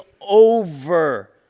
over